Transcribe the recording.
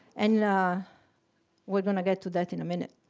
and we're gonna get to that in a minute.